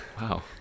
wow